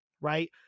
right